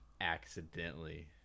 accidentally